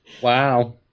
Wow